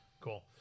Cool